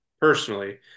personally